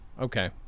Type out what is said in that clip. Okay